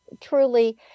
truly